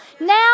Now